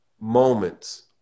moments